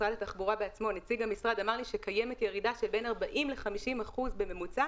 נציג משרד התחבורה בעצמו אמר לי שקיימת ירידה של 40%-50% בממוצע